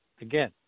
Again